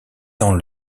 dans